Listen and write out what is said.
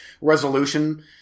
Resolution